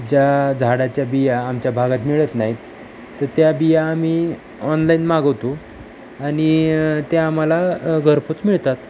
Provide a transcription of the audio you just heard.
ज्या झाडाच्या बिया आमच्या भागात मिळत नाहीत तर त्या बिया आम्ही ऑनलाईन मागवतो आणि त्या आम्हाला घरपोच मिळतात